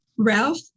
Ralph